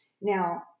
Now